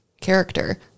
character